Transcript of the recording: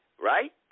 right